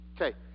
okay